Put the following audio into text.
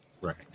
Right